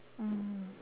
mm